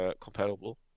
compatible